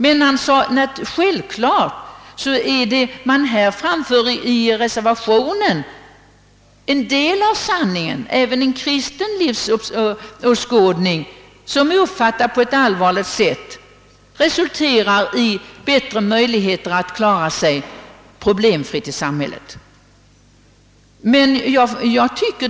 Men självfallet är det, som framförs i reservationen en del av sanningen; även en kristen livsåskådning, uppfattad på ett allvarligt sätt, resulterar i bättre möjligheter att klara sig problemfritt i samhället.